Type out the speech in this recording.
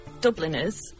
Dubliners